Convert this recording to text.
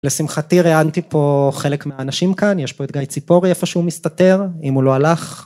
לשמחתי ריאנתי פה חלק מהאנשים כאן יש פה את גיא ציפורי איפה שהוא מסתתר אם הוא לא הלך